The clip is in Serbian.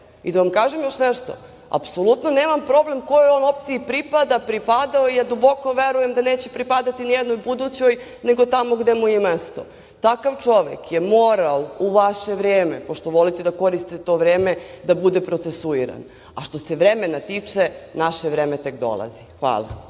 vam kažem još nešto, apsolutno nemam problem kojoj on opciji pripada, pripadao. Ja duboko verujem da neće pripadati nijednoj budućoj, nego tamo gde mu je i mesto. Takav čovek je morao u vaše vreme, pošto volite da koristite to vreme, da bude procesuiran. Što se vremena tiče, naše vreme tek dolazi. Hvala.